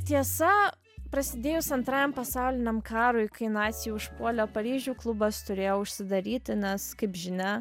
tiesa prasidėjus antrajam pasauliniam karui kai naciai užpuolė paryžių klubas turėjo užsidaryti nes kaip žinia